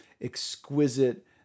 exquisite